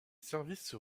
services